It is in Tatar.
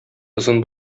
озын